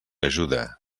ajuda